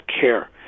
care